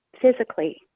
physically